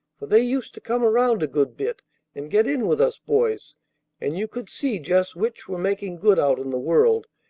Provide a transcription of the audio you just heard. for they used to come around a good bit and get in with us boys and you could see just which were making good out in the world,